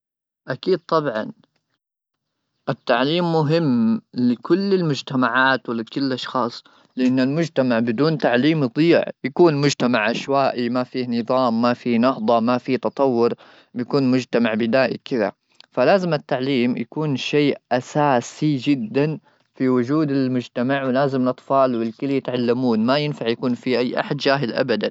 اكيد طبعا التعليم مهم لكل المجتمعات ,ولكل اشخاص لان المجتمع بدون تعليم يضيع يكون مجتمع عشوائي ما فيه نظام ,ما فيه نهضه ما في تطور بيكون مجتمع بدائي ,كذا فلازم التعليم يكون شيء اساسي جدا في وجود المجتمع ولازم الاطفال والكل يتعلمون ما ينفع يكون في اي احد جاهل.